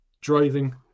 driving